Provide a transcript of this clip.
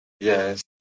Yes